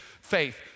faith